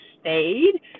stayed